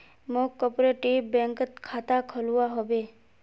मौक कॉपरेटिव बैंकत खाता खोलवा हबे